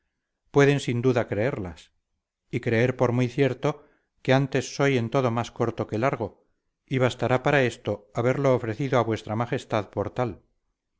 pueden sin duda creerlas y creer por muy cierto que antes soy en todo más corto que largo y bastará para esto haberlo ofrecido a vuestra majestad por